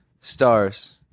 Stars